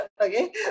okay